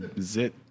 zit